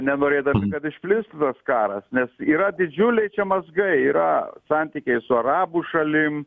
nenorėdami kad išplistų karas nes yra didžiuliai čia mazgai yra santykiai su arabų šalim